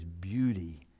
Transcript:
beauty